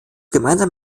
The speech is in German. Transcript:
gemeinsam